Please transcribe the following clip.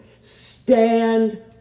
stand